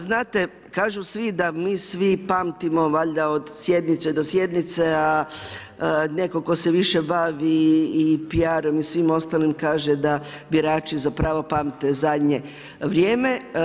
Znate, kažu svi da mi svi pamtimo valjda od sjednice do sjednice a netko tko se više bavi i PR-om i svim ostalim kaže da birači zapravo pamte zadnje vrijeme.